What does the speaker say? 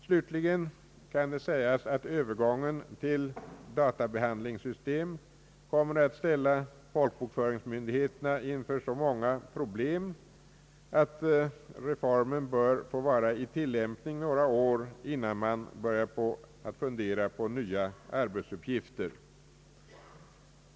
Slutligen kan sägas att övergången till databehandlingssystem kommer att ställa folkbokföringsmyndigheterna inför så stora problem att reformen bör få vara i tillämpning några år innan man börjar fundera på nya arbetsuppgifter.